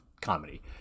comedy